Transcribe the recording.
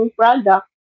product